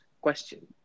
question